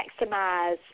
maximize